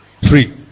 Three